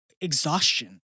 exhaustion